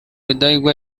rudahigwa